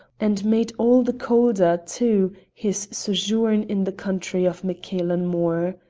and made all the colder, too, his sojourn in the country of maccailen mor.